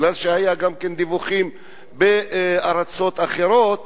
מכיוון שהיו גם דיווחים בארצות אחרות.